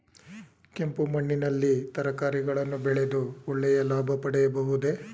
ಕೆಂಪು ಮಣ್ಣಿನಲ್ಲಿ ತರಕಾರಿಗಳನ್ನು ಬೆಳೆದು ಒಳ್ಳೆಯ ಲಾಭ ಪಡೆಯಬಹುದೇ?